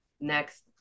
Next